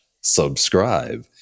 subscribe